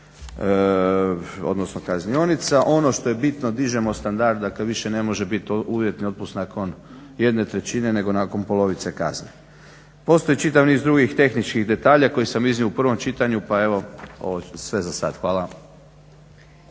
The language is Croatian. odnosno kaznionica. Ono što je bitno dižemo standard dakle više ne može biti uvjetni otpust nakon 1/3 nego nakon polovice kazne. Postoji čitav niz drugih tehničkih detalja koje sam iznio u prvom čitanja pa evo ovo je sve za sada. Hvala.